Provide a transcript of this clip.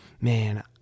man